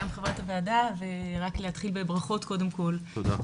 גם חברת הוועדה.